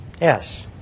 Yes